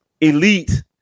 elite